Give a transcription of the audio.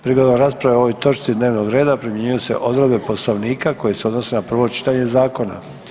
Prigodom rasprave o ovoj točci dnevnog reda primjenjuju se odredbe Poslovnika koje se odnose na prvo čitanje zakona.